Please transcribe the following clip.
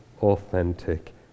authentic